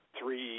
three